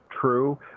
true